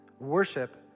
worship